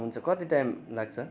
हुन्छ कति टाइम लाग्छ